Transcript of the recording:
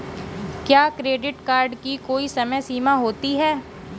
क्या credit card की कोई समय सीमा होती है?